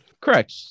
correct